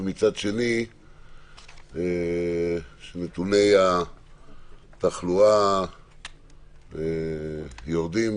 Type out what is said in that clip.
ומצד שני נתוני התחלואה יורדים,